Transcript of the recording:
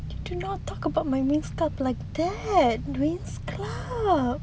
do not talk about my winx club like that winx club